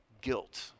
guilt